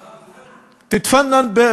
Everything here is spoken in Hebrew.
אה, תתפאנן.